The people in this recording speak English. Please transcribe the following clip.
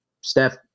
Steph